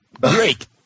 Great